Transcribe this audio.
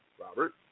Robert